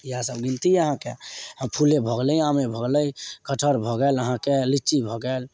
यहाँ सब बिनती हय अहाँके आ फूले भऽ गेलै आमे भऽ गेलै कटहर भऽ गेल अहाँके लीची भऽ गेल